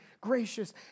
gracious